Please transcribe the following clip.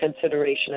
consideration